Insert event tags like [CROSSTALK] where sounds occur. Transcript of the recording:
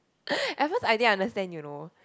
[LAUGHS] at first I didn't understand you know